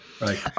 right